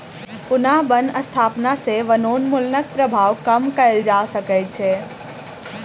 पुनः बन स्थापना सॅ वनोन्मूलनक प्रभाव कम कएल जा सकै छै